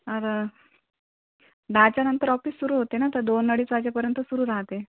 तर दहाच्यानंतर ऑफिस सुरू होते ना तर दोन अडीच वाजेपर्यंत सुरू राहते